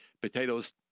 potatoes